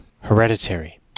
Hereditary